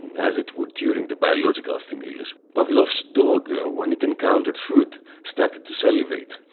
as it would during the biological stimulus. pavlov's dog, when it encountered food, started to salivate.